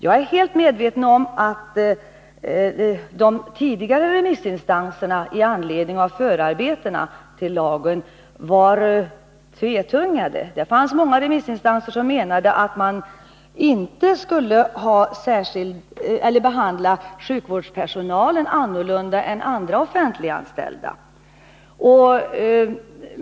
Jag är helt medveten om att de tidigare remissinstanserna i anledning av förarbetena till lagen var tvetungade. Det fanns många remissinstanser som menade att man inte skulle behandla sjukvårdspersonalen annorlunda än andra offentliganställda.